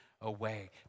away